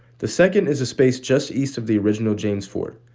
the second is a space just east of the original james fort.